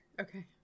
Okay